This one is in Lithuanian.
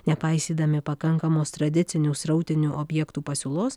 nepaisydami pakankamos tradicinių srautinių objektų pasiūlos